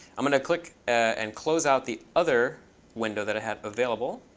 i'm going to click and close out the other window that i had available.